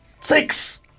Six